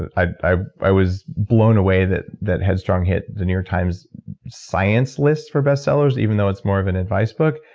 and i i was blown away that that headstrong hit the new york times science list for bestsellers, even though it's more of an advice book.